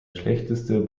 schlechteste